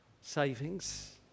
savings